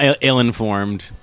ill-informed